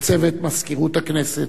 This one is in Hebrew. לצוות מזכירות הכנסת,